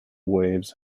waves